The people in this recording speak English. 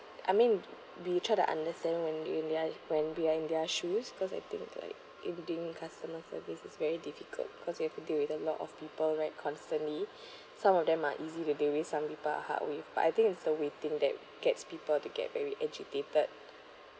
I mean we try to understand when they are when we are in their shoes cause I think like if doing customer service is very difficult cause you have to deal with a lot of people right constantly some of them are easy to deal with some people are hard with but I think it's so we think that gets people to get very agitated